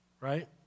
right